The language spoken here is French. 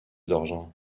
d’argent